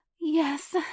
Yes